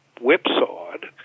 whipsawed